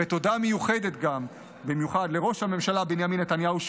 ותודה מיוחדת גם לראש הממשלה בנימין נתניהו,